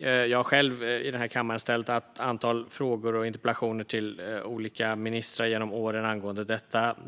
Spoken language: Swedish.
Jag har själv i den här kammaren ställt ett antal frågor och interpellationer till olika ministrar genom åren angående detta.